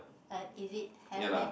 uh is it have meh